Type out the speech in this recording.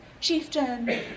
chieftain